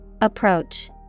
Approach